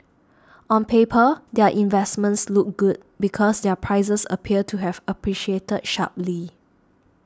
on paper their investments look good because their prices appeared to have appreciated sharply